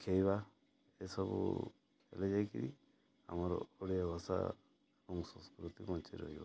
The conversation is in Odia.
ଶିଖାଇବା ଏସବୁ ଯାଇକି ଆମର ଓଡ଼ିଆ ଭାଷା ଏବଂ ସଂସ୍କୃତି ବଞ୍ଚି ରହିବ